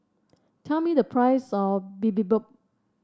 tell me the price of Bibimbap